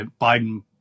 Biden